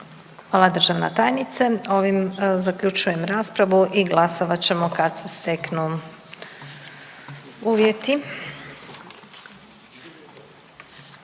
Hvala vam. Zaključujem raspravu i glasovat ćemo kad se steknu uvjeti.